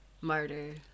martyr